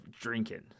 drinking